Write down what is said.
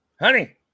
Honey